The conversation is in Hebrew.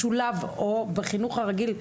משולב או בחינוך הרגיל,